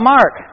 Mark